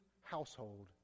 household